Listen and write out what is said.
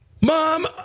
Mom